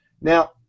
Now